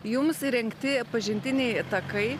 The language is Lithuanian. jums įrengti pažintiniai takai